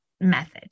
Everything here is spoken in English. method